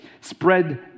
spread